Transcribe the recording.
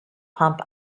pump